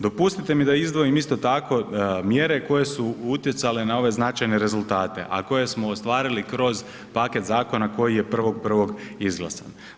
Dopustite mi da izdvojim isto tako mjere koje su utjecale na ove značajne rezultate, a koje smo ostvarili kroz paket zakona koji je 1.1. izglasan.